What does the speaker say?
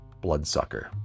bloodsucker